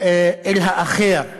אל האחר,